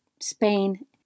Spain